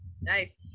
Nice